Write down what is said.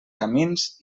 camins